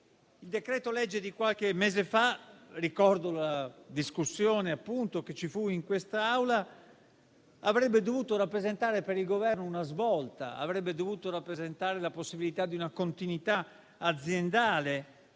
Il decreto-legge di qualche mese fa - ricordo la discussione che ci fu in quest'Aula - avrebbe dovuto rappresentare per il Governo una svolta, la possibilità di una continuità aziendale.